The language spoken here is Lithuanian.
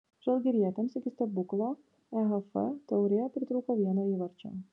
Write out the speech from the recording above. žalgirietėms iki stebuklo ehf taurėje pritrūko vieno įvarčio